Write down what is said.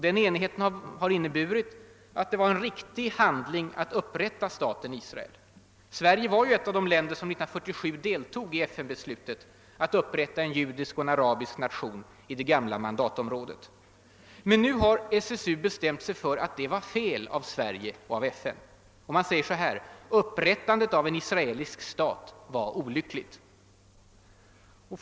Den enigheten har inneburit att man har varit ense om att det var en riktig handling att upprätta stater Israel. Sverige var ju ett av de länder som 1947 deltog i FN-beslutet att bilda en judisk och en arabisk nation i det gamla mandatområdet. Men nu har SSU bestämt sig för att det var fel av Sverige och av FN. »Upprättandet av israelisk stat var olyckligt«, säger man.